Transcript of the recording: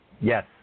Yes